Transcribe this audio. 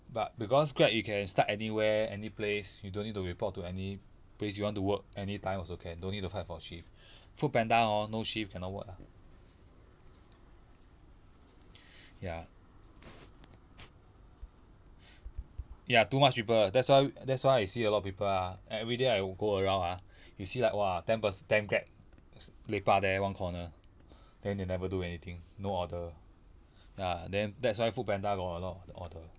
but because grab you can start anywhere any place you don't need to report any place you want to work any time also can don't need to fight for shift foodpanda orh no shift cannot work ah ya ya too much people that's why that's why I see a lot of people ah everyday I go around ah you see like !wah! ten pers~ ten grab s~ lepak there one corner then they never do anything no order ya then that's why foodpanda got a lot of order